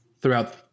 throughout